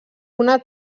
una